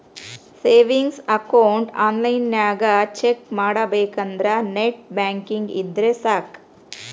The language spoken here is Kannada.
ಸೇವಿಂಗ್ಸ್ ಅಕೌಂಟ್ ಆನ್ಲೈನ್ನ್ಯಾಗ ಚೆಕ್ ಮಾಡಬೇಕಂದ್ರ ನೆಟ್ ಬ್ಯಾಂಕಿಂಗ್ ಇದ್ರೆ ಸಾಕ್